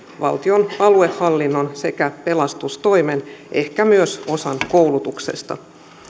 valtion aluehallinnon sekä pelastustoimen ehkä myös osan koulutuksesta